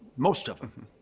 most of them.